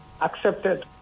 accepted